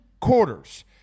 quarters